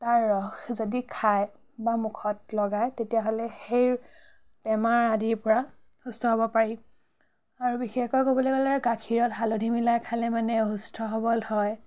তাৰ ৰস যদি খাই বা মুখত লগায় তেতিয়াহ'লে সেই বেমাৰ আদিৰ পৰা সুস্থ হ'ব পাৰি আৰু বিশেষকৈ ক'বলৈ গ'লে গাখীৰত হালধি মিলাই খালে মানে সুস্থ সবল হয়